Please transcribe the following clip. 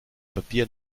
papier